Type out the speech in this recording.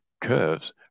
curves